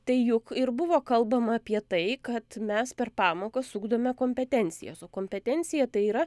tai juk ir buvo kalbama apie tai kad mes per pamokas ugdome kompetencijas o kompetencija tai yra